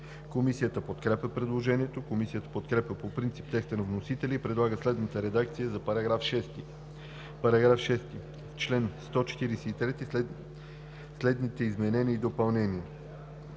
Комисията подкрепя предложението. Комисията подкрепя по принцип текста на вносителя и предлага следната редакция за § 6: „§ 6. В чл. 143 следните изменения и допълнения: